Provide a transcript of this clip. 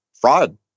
fraud